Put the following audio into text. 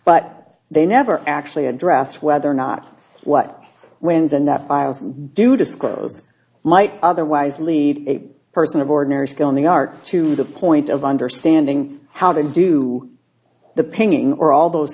but they never actually address whether or not what wins a net do disclose might otherwise lead a person of ordinary skill in the art to the point of understanding how to do the painting or all those